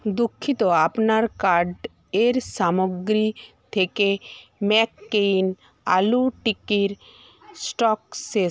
দুঃখিত আপনার কার্টের সামগ্রী থেকে ম্যাককেইন আলু টিক্কির স্টক শেষ